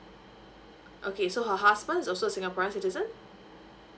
okay so her husband also singaporean citizen